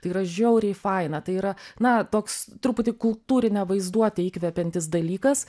tai yra žiauriai faina tai yra na toks truputį kultūrinę vaizduotę įkvepiantis dalykas